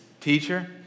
Teacher